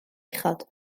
uchod